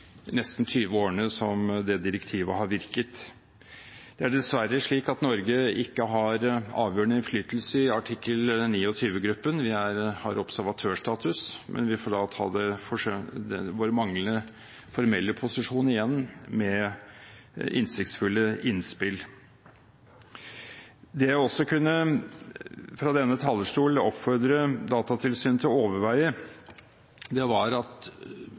nesten 20 årene som det direktivet har virket. Det er dessverre slik at Norge ikke har avgjørende innflytelse i artikkel 29-gruppen. Vi har observatørstatus, men vi får da ta vår manglende formelle posisjon igjen med innsiktsfulle innspill. Det jeg også fra denne talerstol kunne oppfordre Datatilsynet til å overveie, er at